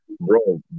bro